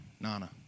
Nana